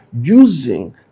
using